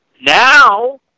Now